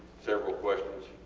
several questions,